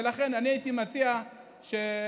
ולכן הייתי מציע שנשוחח,